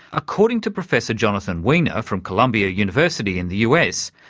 according to professor jonathan weiner from columbia university in the us,